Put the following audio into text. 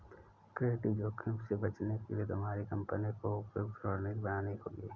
credit जोखिम से बचने के लिए तुम्हारी कंपनी को उपयुक्त रणनीति बनानी होगी